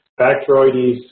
Bacteroides